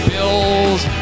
Bills